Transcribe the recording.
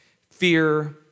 fear